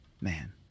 Man